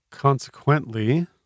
Consequently